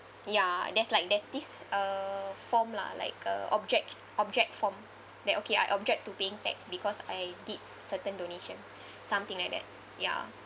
ya there's like there's this uh form lah like a object object form that okay I object to paying tax because I did certain donation something like that ya